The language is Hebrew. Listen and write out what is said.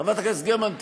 חברת הכנסת גרמן,